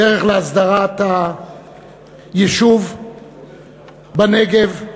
דרך להסדרת היישוב בנגב.